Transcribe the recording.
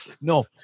No